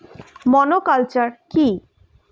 Monoculture কি?